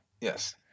Yes